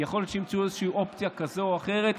יכול להיות שימצאו אופציה כזאת או אחרת,